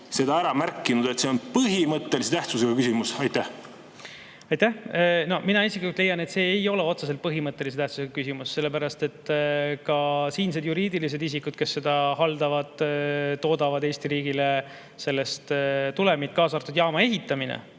seda ära märkinud, et see on põhimõttelise tähtsusega küsimus? Aitäh! Mina isiklikult leian, et see ei ole otseselt põhimõttelise tähtsusega küsimus, sellepärast et ka siinsed juriidilised isikud, kes seda haldavad, toodavad Eesti riigile sellest tulemit, kaasa arvatud jaama ehitamine,